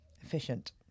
Efficient